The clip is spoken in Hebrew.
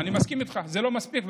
אני מסכים איתך שזה לא מספיק,